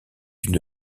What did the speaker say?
une